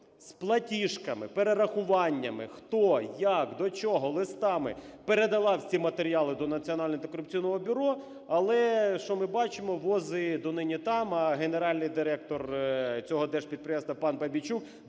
з платіжками, перерахуваннями, хто, як, до чого, листами, передала всі матеріали до Національного антикорупційного бюро. Але що ми бачимо? Віз і донині там, а генеральний директор цього держпідприємства пан Бабейчук